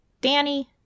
Danny